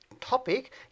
topic